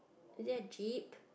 is that a jeep